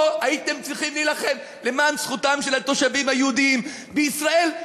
פה הייתם צריכים להילחם למען זכותם של התושבים היהודים בישראל.